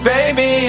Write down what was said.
Baby